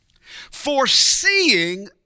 Foreseeing